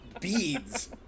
Beads